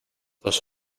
dos